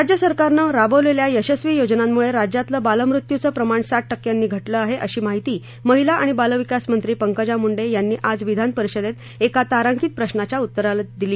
राज्य सरकारने राबवलेल्या यशस्वी योजनांमुळे राज्यातलं बालमृत्यूचं प्रमाण साठ टक्क्यांनी घटलं आहे अशी माहिती महिला आणि बालविकास मंत्री पंकजा मुंडे यांनी आज विधानपरिषदेत एका तारांकित प्रशाला उत्तर देताना दिली